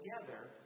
together